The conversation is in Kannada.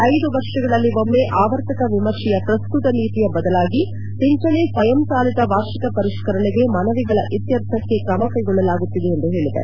ಐದು ವರ್ಷಗಳಲ್ಲಿ ಒಮ್ಮ ಆವರ್ತಕ ವಿಮರ್ತೆಯ ಪ್ರಸ್ತುತ ನೀತಿಯ ಬದಲಾಗಿ ಪಿಂಚಣಿ ಸ್ವಯಂಚಾಲಿತ ವಾರ್ಷಿಕ ಪರಿಷ್ಠರಣೆಗೆ ಮನವಿಗಳ ಇತ್ತರ್ಥಕ್ಕೆ ಕ್ರಮ ಕೈಗೊಳ್ಳಲಾಗುತ್ತಿದೆ ಎಂದು ಹೇಳಿದೆ